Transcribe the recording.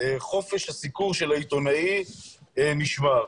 שחופש הסיקור של העיתונאי נשמר.